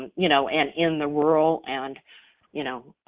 you know, and in the rural, and you know,